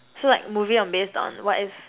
so like movie on based on what is